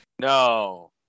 No